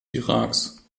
iraks